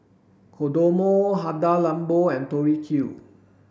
Kodomo Hada Labo and Tori Q